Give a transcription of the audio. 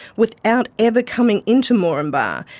without ever coming into moranbah.